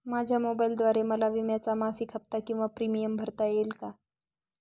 माझ्या मोबाईलद्वारे मला विम्याचा मासिक हफ्ता किंवा प्रीमियम भरता येईल का?